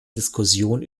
diskussion